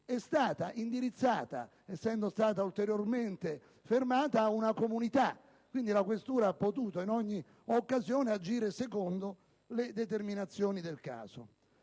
è stata indirizzata, essendo stata ulteriormente fermata, ad una comunità; quindi, la questura ha potuto agire in ogni occasione secondo le determinazioni del caso.